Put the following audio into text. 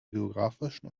geografischen